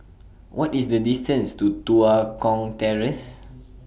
What IS The distance to Tua Kong Terrace